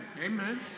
Amen